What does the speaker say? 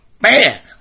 Man